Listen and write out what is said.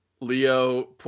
Leo